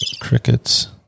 crickets